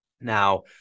Now